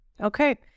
Okay